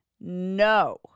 No